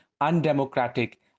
undemocratic